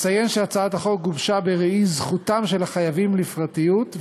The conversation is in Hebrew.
אציין שהצעת החוק גובשה בראי זכותם של החייבים לפרטיות,